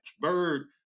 Bird